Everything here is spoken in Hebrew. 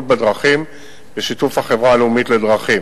בדרכים בשיתוף החברה הלאומית לדרכים.